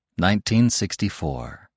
1964